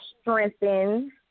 strengthen